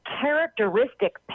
characteristic